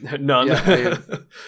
none